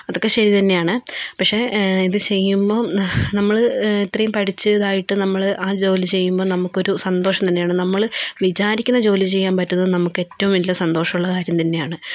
അതൊക്കെ ശരി തന്നെയാണ് പക്ഷെ ഇത് ചെയ്യുമ്പം നമ്മള് ഇത്രയും പഠിച്ചതായിട്ട് നമ്മള് ആ ജോലി ചെയ്യുമ്പം നമുക്കൊരു സന്തോഷം തന്നെയാണ് നമ്മള് വിചാരിക്കുന്ന ജോലി ചെയ്യാൻ പറ്റുന്നത് നമുക്കേറ്റവും സന്തോഷമുള്ള കാര്യം തന്നെയാണ്